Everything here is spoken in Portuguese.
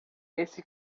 esse